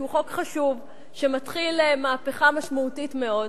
שהוא חוק חשוב שמתחיל מהפכה משמעותית מאוד,